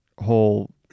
whole